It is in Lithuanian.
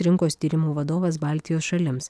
rinkos tyrimų vadovas baltijos šalims